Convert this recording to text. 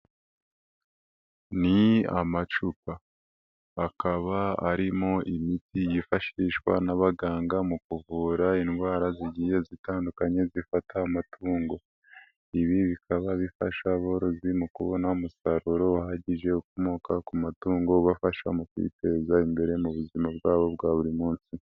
Ni amacupa, akaba arimo imiti yifashishwa n'abaganga mu kuvura indwara zigiye zitandukanye zifata amatungo, ibi bikaba bifasha aborozi mu kubona umusaruro uhagije ukomoka ku matungo ubafasha mu kwiteza imbere mu buzima bwabo bwa buri munsi.